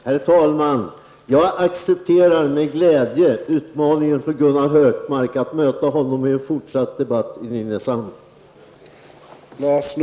Herr talman! Jag accepterar med glädje utmaningen från Gunnar Hökmark att möta honom i en fortsatt debatt i Nynäshamn.